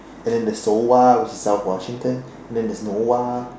and then there is souwa which is South washington and then there's norwa